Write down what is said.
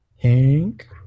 Hank